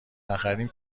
نخریم